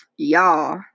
Y'all